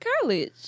college